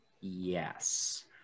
Yes